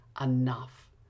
enough